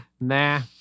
Nah